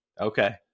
Okay